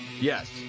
Yes